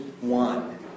one